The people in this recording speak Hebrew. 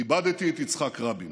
כיבדתי את יצחק רבין,